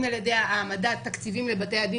אם על ידי העמדת תקציבים לבתי הדין